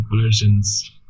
versions